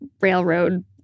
railroad